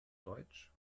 deutsch